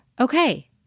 okay